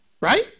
right